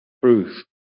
proof